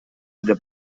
деп